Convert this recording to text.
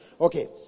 Okay